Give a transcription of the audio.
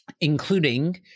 including